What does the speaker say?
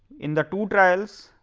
in the two trails,